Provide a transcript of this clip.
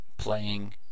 playing